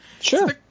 Sure